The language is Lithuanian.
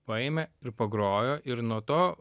paėmė ir pagrojo ir nuo to